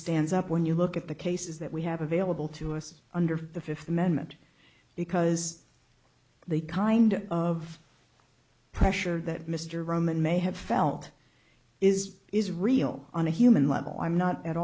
stands up when you look at the cases that we have available to us under the fifth amendment because they kind of pressure that mr roman may have felt is is real on a human level i'm not at